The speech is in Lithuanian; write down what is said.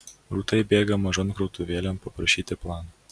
rūta įbėga mažon krautuvėlėn paprašyti plano